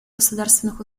государственных